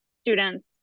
students